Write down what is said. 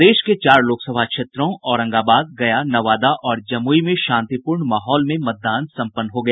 प्रदेश के चार लोकसभा क्षेत्रों औरंगाबाद गया नवादा और जमुई में शांतिपूर्ण माहौल में मतदान सम्पन्न हो गया